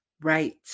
Right